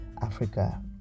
Africa